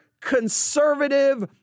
conservative